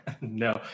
No